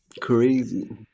crazy